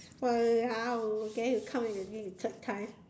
!walao! then we come back again the third time